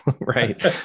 right